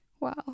Wow